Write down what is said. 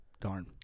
Darn